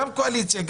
גם קואליציה,